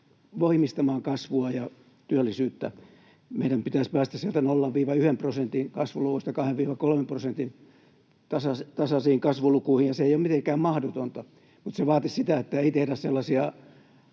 voimistamaan kasvua ja työllisyyttä. Meidän pitäisi päästä sieltä 0—1 prosentin kasvuluvuista 2—3 prosentin tasaisiin kasvulukuihin. Se ei ole mitenkään mahdotonta, mutta se vaatisi sitä, että ei tehdä sellaisia